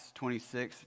26